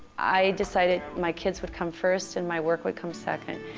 i decided my kids would come first and my work would come second.